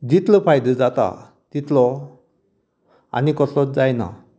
जितलो फायदो जाता तितलो आनी कसोच जायना